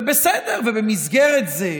ובסדר, במסגרת זה